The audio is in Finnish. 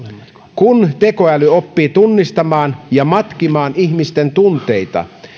kun tekoäly oppii tunnistamaan ja matkimaan ihmisten tunteita